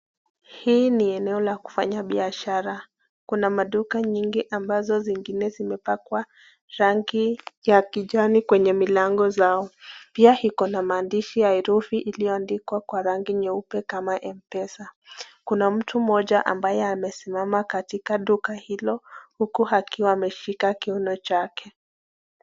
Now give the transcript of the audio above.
Hii ni eneo la kufanya biashara. Kuna maduka nyingi ambazo zingine zimepakwa rangi ya kijani kwenye milango zao . Pia iko na maandishi ya herufi iliyoandikwa kwa rangi nyeupe kama M Pesa . Kuna mtu mmoja ambaye amesimama katika duka hilo huku akiwa ameshika kiuno chake.